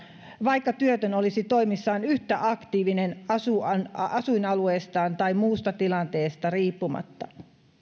vaikka työtön olisi toimissaan yhtä aktiivinen asuinalueestaan tai muusta tilanteesta riippumatta